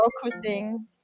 focusing